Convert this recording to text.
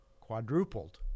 quadrupled